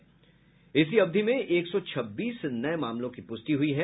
वहीं इसी अवधि में एक सौ छब्बीस नये मामलों की पुष्टि हुई है